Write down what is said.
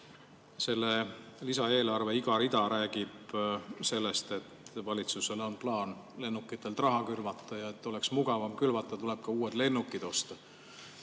Selle lisaeelarve iga rida räägib sellest, et valitsusel on plaan lennukitelt raha külvata, ja et oleks mugavam külvata, tuleb ka uued lennukid osta.